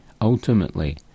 Ultimately